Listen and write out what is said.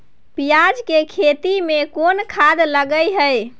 पियाज के खेती में कोन खाद लगे हैं?